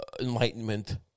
enlightenment